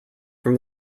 from